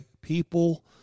people